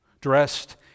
dressed